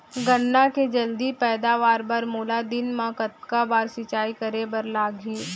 गन्ना के जलदी पैदावार बर, मोला दिन मा कतका बार सिंचाई करे बर लागही?